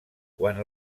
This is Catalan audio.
quan